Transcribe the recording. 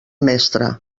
mestre